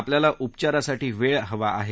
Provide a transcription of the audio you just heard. आपल्याला उपचारासाठी वेळ हवा आहे